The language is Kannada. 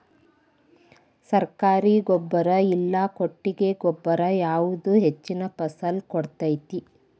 ಸರ್ಕಾರಿ ಗೊಬ್ಬರ ಇಲ್ಲಾ ಕೊಟ್ಟಿಗೆ ಗೊಬ್ಬರ ಯಾವುದು ಹೆಚ್ಚಿನ ಫಸಲ್ ಕೊಡತೈತಿ?